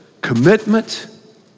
commitment